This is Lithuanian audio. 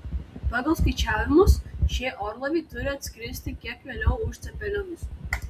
pagal skaičiavimus šie orlaiviai turi atskristi kiek vėliau už cepelinus